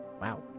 Wow